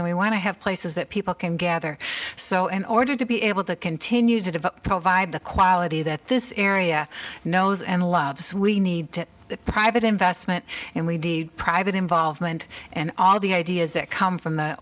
and we want to have places that people can gather so in order to be able to continue to develop provide the quality that this era knows and loves we need to private investment and we do private involvement and all the ideas that come from the